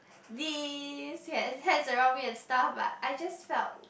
this he had hands around me and stuff but I just felt